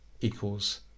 equals